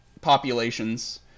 populations